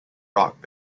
rock